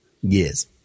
Yes